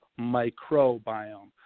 microbiome